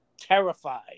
terrified